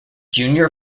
junior